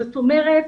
זאת אומרת,